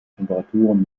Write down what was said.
temperaturen